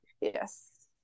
Yes